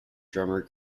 drummer